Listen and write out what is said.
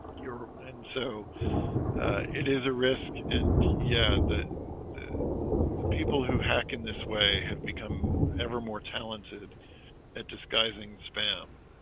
your and so it is a risk and yeah, the the people who hack in this way have become ever more talented at disguising spam